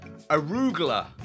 Arugula